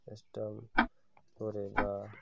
stamp coin বা